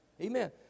Amen